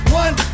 one